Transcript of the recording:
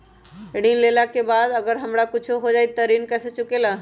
ऋण लेला के बाद अगर हमरा कुछ हो जाइ त ऋण कैसे चुकेला?